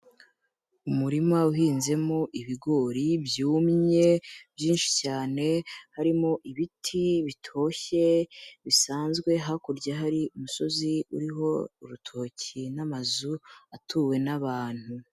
Umurima uhinzemo ibigori byumye byinshi cyane, harimo ibiti bitoshye bisanzwe, hakurya hari umusozi uriho urutoki n'amazu atuwe n'abantu.